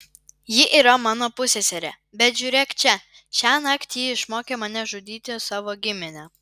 ji yra mano pusseserė bet žiūrėk čia šiąnakt ji išmokė mane žudyti savo giminę